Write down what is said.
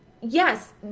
yes